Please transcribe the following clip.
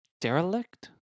derelict